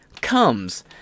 comes